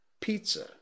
Pizza